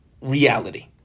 reality